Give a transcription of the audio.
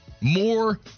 more